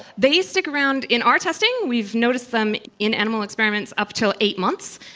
they stick around, in our testing we've noticed them in animal experiments up until eight months.